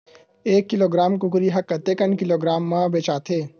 एक किलोग्राम कुकरी ह कतेक किलोग्राम म बेचाथे?